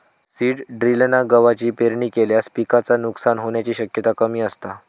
seed ड्रिलना गवाची पेरणी केल्यास पिकाचा नुकसान होण्याची शक्यता कमी असता